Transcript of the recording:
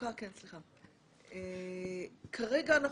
החלוקה כרגע,